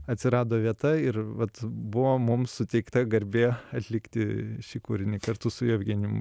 atsirado vieta ir vat buvo mum suteikta garbė atlikti šį kūrinį kartu su jevgenijum